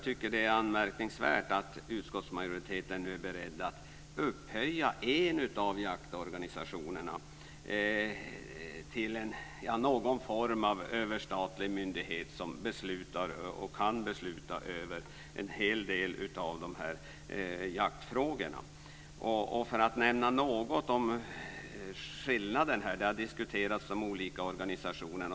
Det är anmärkningsvärt att utskottsmajoriteten nu är beredd att upphöja en av jaktorganisationerna till någon form av överstatlig myndighet som kan besluta om en hel del av jaktfrågorna. Jag ska nämna något om de skillnader som har diskuterats mellan de olika organisationerna.